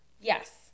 Yes